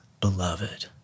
beloved